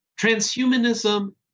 Transhumanism